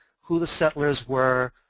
who the settlers were,